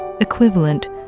equivalent